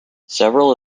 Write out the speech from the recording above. several